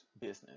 business